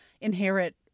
inherit